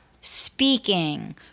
speaking